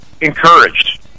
encouraged